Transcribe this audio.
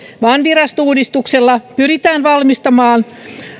vaan virastouudistuksella pyritään valmistamaan